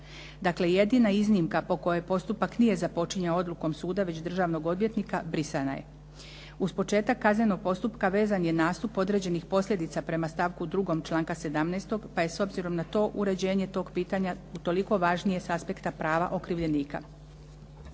Dakle, jedna iznimka po kojoj postupak nije započinjao odlukom suda već državnog odvjetnika brisana je. Uz početak kaznenog postupka vezan je nastup određenih posljedica prema stavku 2. članka 17. pa je s obzirom na to uređenje tog pitanja utoliko važnije s aspekta prava okrivljenika.